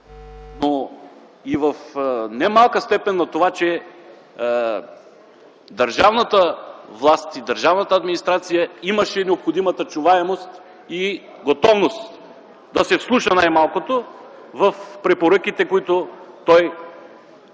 но и в немалка степен на това, че държавната власт и държавната администрация имаха необходимата чуваемост и готовност да се вслушат най малкото в препоръките, които той